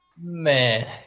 Man